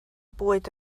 bwyd